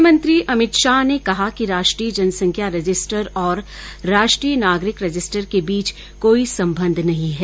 गृहमंत्री अमित शाह ने कहा कि राष्ट्रीय जनसंख्या रजिस्टर और राष्ट्रीय नागरिक रजिस्टर के बीच कोई संबंध नहीं है